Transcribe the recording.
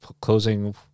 closing